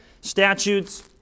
statutes